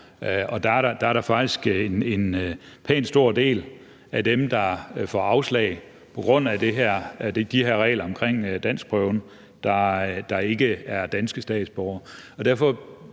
og der er faktisk en pænt stor del af dem, der får afslag på grund af det her – altså de her regler omkring danskprøven – der ikke er danske statsborgere.